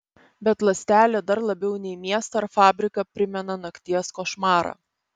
bet ląstelė dar labiau nei miestą ar fabriką primena nakties košmarą